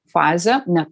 fazė ne